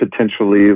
potentially